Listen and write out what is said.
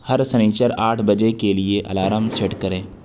ہر سنیچر آٹھ بجے کے لیے الارم سیٹ کریں